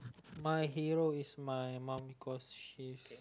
my hero is my mum because she's